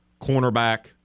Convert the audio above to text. cornerback